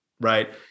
right